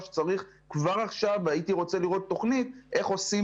כבר עכשיו הייתי רוצה לראות תוכנית איך עושים